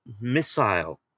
Missile